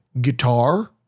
guitar